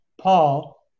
Paul